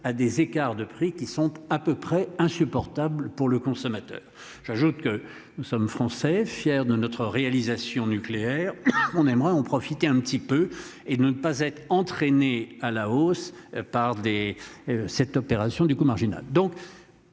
à des écarts de prix qui sont à peu près insupportable pour le consommateur. J'ajoute que nous sommes français, fier de notre réalisation nucléaire on aimerait en profiter un petit peu et de ne pas être entraîné à la hausse par des cette opération du coût marginal